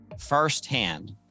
Firsthand